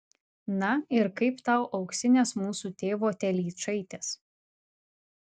na ir kaip tau auksinės mūsų tėvo telyčaitės